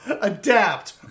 Adapt